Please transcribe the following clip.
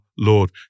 Lord